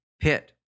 pit